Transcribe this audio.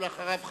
ואחריו,